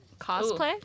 Cosplay